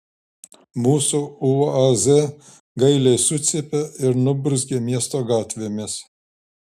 mūsų uaz gailiai sucypė ir nuburzgė miesto gatvėmis